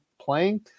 playing